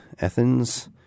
Athens